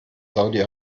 saudi